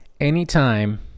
Anytime